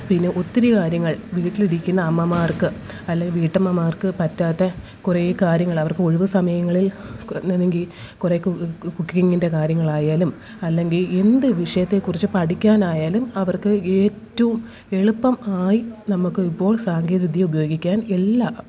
പിന്നെ ഒത്തിരി കാര്യങ്ങൾ വീട്ടിലിരിക്കുന്ന അമ്മമാർക്ക് അല്ലെങ്കിൽ വീട്ടമ്മമാർക്കു പറ്റാത്ത കുറേ കാര്യങ്ങള് അവർക്കു ഒഴിവുസമയങ്ങളിൽ അല്ലെങ്കിൽ കുറേ കുക്കിങ്ങിന്റെ കാര്യങ്ങളായാലും അല്ലെങ്കിൽ എന്ത് വിഷയത്തെക്കുറിച്ചും പഠിക്കാനായാലും അവർക്കു ഏറ്റവും എളുപ്പം ആയി നമുക്ക് ഇപ്പോൾ സാങ്കേതികവിദ്യ ഉപയോഗിക്കാൻ എല്ലാ